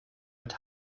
mit